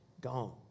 gone